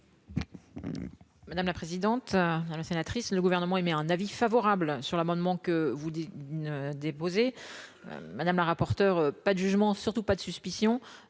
Madame la présidente, la sénatrice le gouvernement émet un avis favorable sur l'amendement que vous ne déposez madame la rapporteure. Pas de jugement, surtout pas de suspicion,